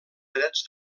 drets